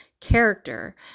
character